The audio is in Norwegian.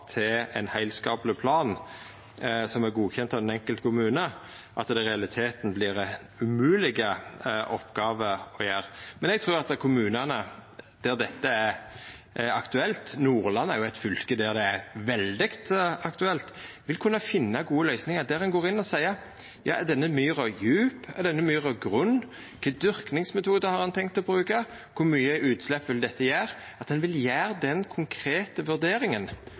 til ein heilskapleg plan som er godkjend av den enkelte kommune, at det i realiteten vert ei umogleg oppgåve å gjera. Men eg trur at kommunane der dette er aktuelt – Nordland er jo eit fylke der det er veldig aktuelt – vil kunna finna gode løysingar der ein går inn og seier: Er denne myra djup? Er denne myra grunn? Kva dyrkingsmetode har ein tenkt å bruka? Kor mykje utslepp vil dette gje? Eg trur ein vil gjera den konkrete vurderinga